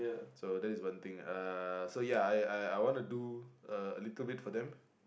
so this is one thing uh so ya I I I want do a a little bit for them